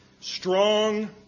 strong